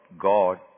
God